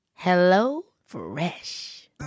HelloFresh